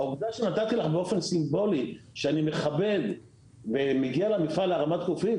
העובדה שנתתי לך באופן סימבולי שאני מכבד ומגיע למפעל להרמת כוסית,